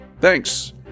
Thanks